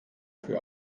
für